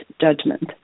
judgment